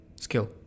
skill